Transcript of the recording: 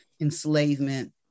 enslavement